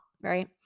right